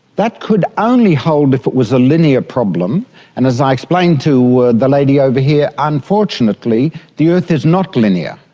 that could only hold if it was a linear problem and, as i explained to the lady over here, unfortunately the earth is not linear.